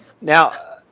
Now